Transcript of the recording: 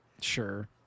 Sure